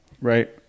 right